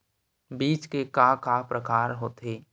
बीज के का का प्रकार होथे?